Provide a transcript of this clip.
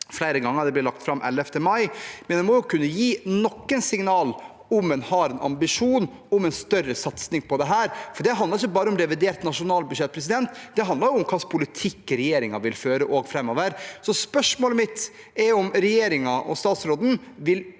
flere ganger. Det blir lagt fram 11. mai, men en må kunne gi noen signaler på om en har ambisjon om en større satsing på dette, for det handler ikke bare om revidert nasjonalbudsjett, det handler om hva slags politikk regjeringen vil føre framover. Spørsmålet mitt er om regjeringen og statsråden vil